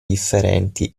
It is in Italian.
differenti